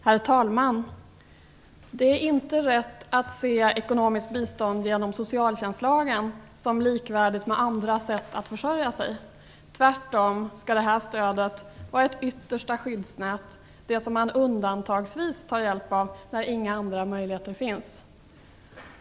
Herr talman! Det är inte rätt att se ekonomiskt bistånd genom socialtjänstlagen som likvärdigt med andra sätt att försörja sig. Tvärtom skall detta stöd vara ett yttersta skyddsnät som man undantagsvis tar hjälp av när inga andra möjligheter finns.